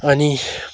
अनि